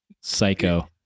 psycho